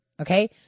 okay